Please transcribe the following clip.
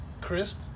crisp